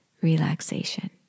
Relaxation